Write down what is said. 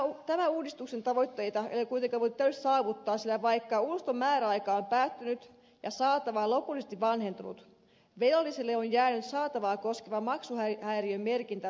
tämän uudistuksen tavoitteita ei voi kuitenkaan täysin saavuttaa sillä vaikka ulosoton määräaika on päättynyt ja saatava lopullisesti vanhentunut velalliselle on jäänyt saatavaa koskeva maksuhäiriömerkintä luottorekisteriin